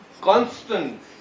constant